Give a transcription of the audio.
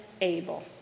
able